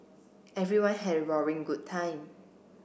everyone had a roaring good time